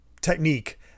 technique